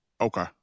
Okay